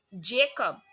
Jacob